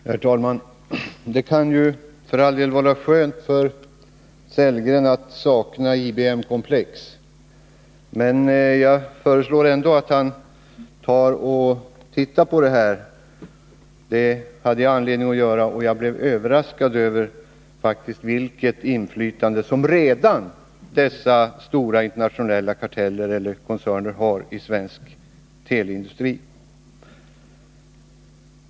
Herr talman! Det kan ju för all del vara skönt för Rolf Sellgren att sakna IBM-komplex, men jag föreslår ändå att han tittar på de förhållanden som råder. Det hade jag anledning att göra, och jag blev överraskad av vilket inflytande som stora internationella koncerner redan har i svensk teleindustri.